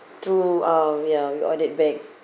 true ah ya we ordered bags